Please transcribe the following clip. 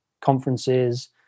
conferences